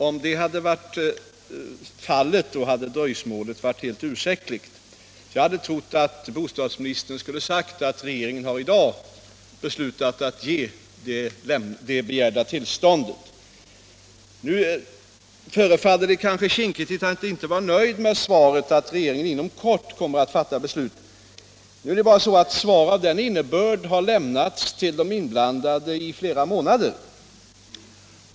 Om så hade varit fallet hade dröjsmålet varit helt ursäktligt. Jag trodde att bostadsministern skulle säga att regeringen i dag har beslutat att ge det begärda tillståndet. Det förefaller kanske kinkigt att inte vara nöjd med svaret att regeringen ”inom kort” kommer att fatta beslut. Men det förhåller sig så att svar av den innebörden har lämnats till de inblandade i flera månader.